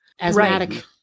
asthmatic